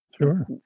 Sure